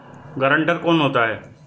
Guarantor कौन होता है?